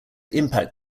impact